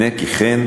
הנה כי כן,